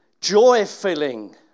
joy-filling